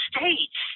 States